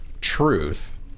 truth